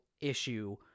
issue –